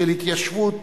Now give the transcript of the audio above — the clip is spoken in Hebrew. של התיישבות